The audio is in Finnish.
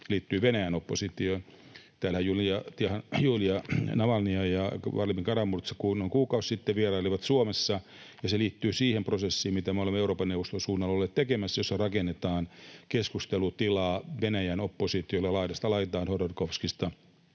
liittyy Venäjän oppositioon. Täällä Julija Navalnaja ja Vladimir Kara-Murza noin kuukausi sitten vierailivat Suomessa. Se liittyy siihen prosessiin, mitä me olemme Euroopan neuvoston suunnalla olleet tekemässä, missä rakennetaan keskustelutilaa Venäjän oppositiolle laidasta laitaan Hodorkovskista